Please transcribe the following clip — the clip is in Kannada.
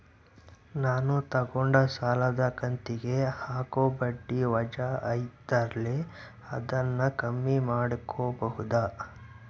ನಾನು ತಗೊಂಡ ಸಾಲದ ಕಂತಿಗೆ ಹಾಕೋ ಬಡ್ಡಿ ವಜಾ ಐತಲ್ರಿ ಅದನ್ನ ಕಮ್ಮಿ ಮಾಡಕೋಬಹುದಾ?